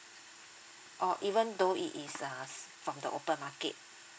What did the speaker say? oh even though it is uh from the open market